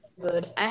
good